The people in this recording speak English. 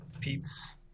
Pete's